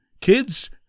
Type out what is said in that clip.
Kids